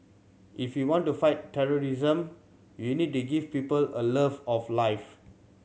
if you want to fight terrorism you need to give people a love of life